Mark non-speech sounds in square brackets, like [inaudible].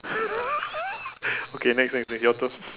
[laughs] okay next next next your turn